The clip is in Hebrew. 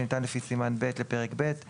שניתן לפי סימן ב' לפרק ב';